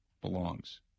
belongs